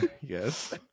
Yes